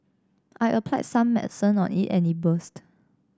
I applied some medicine on it and it burst